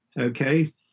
okay